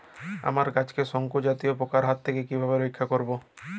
আমার গাছকে শঙ্কু জাতীয় পোকার হাত থেকে কিভাবে রক্ষা করব?